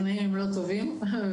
התנאים הם לא טובים ומורכבים.